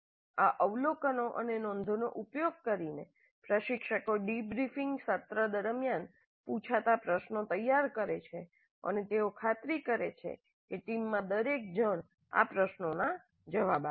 આ અવલોકનો અને નોંધોનો ઉપયોગ કરીને પ્રશિક્ષકો ડિબ્રીફિંગ સત્ર દરમિયાન પૂછાતા પ્રશ્નો તૈયાર કરે છે અને તેઓ ખાતરી કરે છે કે ટીમમાં દરેક જણ આ પ્રશ્નોના જવાબ આપે છે